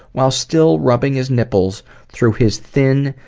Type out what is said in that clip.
while still rubbing his nipples through his thin,